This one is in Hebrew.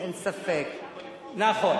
יום לפני הבחירות בליכוד, נובמבר